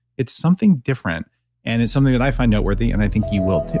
it's something different and it's something that i find noteworthy and i think you will too.